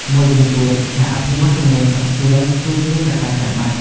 មួយវិញទៀត ការអភិវឌ្ឍជំនាញ soft skill គឺជាកត្តាចាំបាច់។